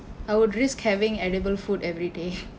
I would risk having edible food every day